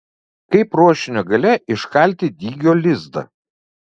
kaip ruošinio gale iškalti dygio lizdą